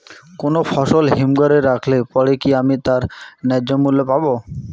কোনো ফসল হিমঘর এ রাখলে পরে কি আমি তার ন্যায্য মূল্য পাব?